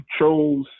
chose